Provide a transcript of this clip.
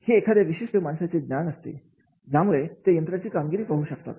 हे एखाद्या विशिष्ट माणसाचे ज्ञान असते ज्यामधून ते यंत्राची कामगिरी पाहू शकता